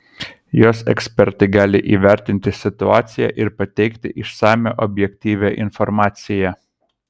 jos ekspertai gali įvertinti situaciją ir pateikti išsamią objektyvią informaciją